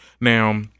Now